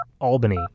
Albany